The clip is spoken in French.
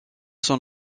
son